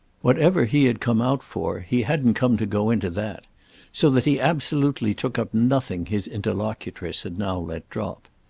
whatever he had come out for he hadn't come to go into that so that he absolutely took up nothing his interlocutress had now let drop.